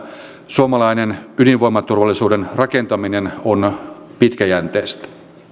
suomalainen ydinvoimaturvallisuuden rakentaminen on pitkäjänteistä